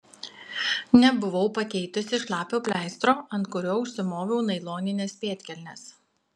nebuvau pakeitusi šlapio pleistro ant kurio užsimoviau nailonines pėdkelnes